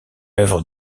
œuvre